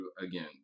again